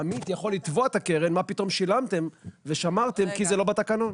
עמית יכול לתבוע את הקרן מה פתאום שילמתם ושמרתם כי זה לא בתקנון.